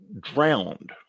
drowned